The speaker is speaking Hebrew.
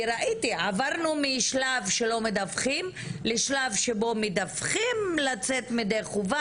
כי ראיתי שעברנו משלב שלא מדווחים לשלב שבו מדווחים כדי לצאת ידי חובה.